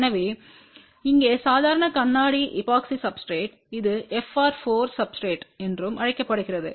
எனவே இங்கே சாதாரண கண்ணாடி எபோக்சி சப்ஸ்டிரேட்று இது FR4 சப்ஸ்டிரேட்று என்றும் அழைக்கப்படுகிறது